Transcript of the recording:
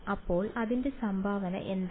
അപ്പോൾ അതിന്റെ സംഭാവന എന്താണ്